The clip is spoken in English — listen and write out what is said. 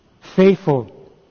faithful